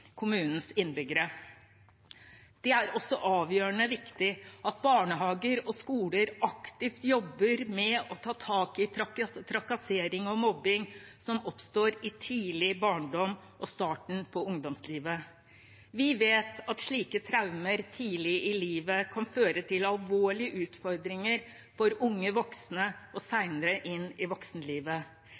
kommunens innbyggere. Det er også avgjørende viktig at barnehager og skoler aktivt jobber med å ta tak i trakassering og mobbing som oppstår i tidlig barndom og starten på ungdomstrinnet. Vi vet at slike traumer tidlig i livet kan føre til alvorlige utfordringer for unge voksne og senere inn i voksenlivet.